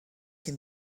can